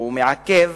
זה מעכב